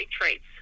traits